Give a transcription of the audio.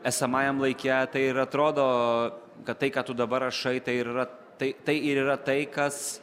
esamajam laike ir atrodo kad tai ką tu dabar rašai tai yra tai tai yra tai kas